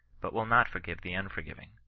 but will not forgive the unforgiving.